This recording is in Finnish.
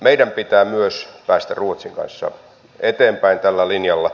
meidän pitää myös päästä ruotsin kanssa eteenpäin tällä linjalla